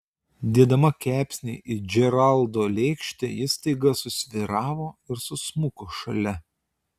dėdama kepsnį į džeraldo lėkštę ji staiga susvyravo ir susmuko šalia